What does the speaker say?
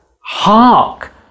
Hark